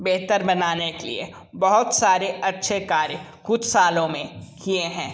बेहतर बनाने के लिए बहुत सारे अच्छे कार्य कुछ सालों में किये हैं